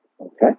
Okay